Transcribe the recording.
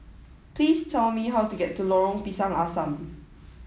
please tell me how to get to Long Pisang Assam